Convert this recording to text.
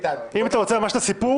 אם אתה רוצה ממש את הסיפור.